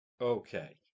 Okay